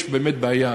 יש באמת בעיה,